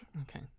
Okay